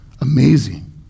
amazing